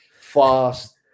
fast